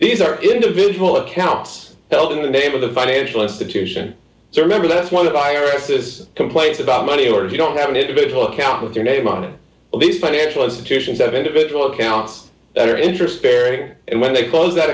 these are individual accounts held in the name of the financial institution so remember that one of viruses complains about money or you don't have an individual account with your name on all these financial institutions that individual accounts that are interest bearing and when they close that